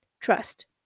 Trust